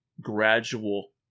gradual